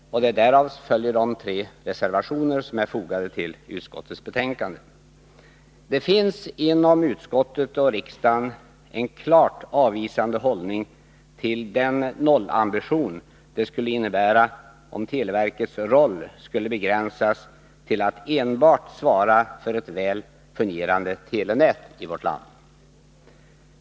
Därav följer det tre reservationer som är fogade till utskottets betänkande. Det finns inom utskottet och riksdagen en klart avvisande hållning till den nollambition det skulle innebära, om televerkets roll skulle begränsas till att enbart svara för ett väl fungerande telenät i vårt land.